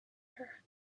her